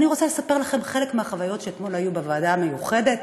אני רוצה לספר לכם חלק מהחוויות שאתמול היו בוועדה המיוחדת